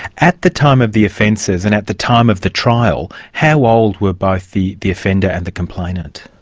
at the time of the offences, and at the time of the trial, how old were both the the offender and the complainant?